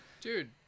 Dude